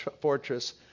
fortress